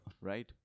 right